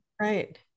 Right